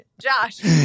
Josh